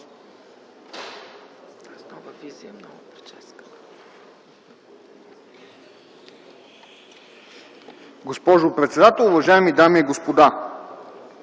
Госпожо председател, уважаеми дами и господа!